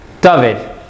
David